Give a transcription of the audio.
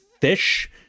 fish